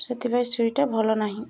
ସେଥିପାଇଁ ଛୁରୀଟା ଭଲ ନାହିଁ